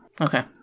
okay